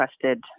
trusted